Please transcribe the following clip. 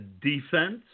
defense